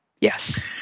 Yes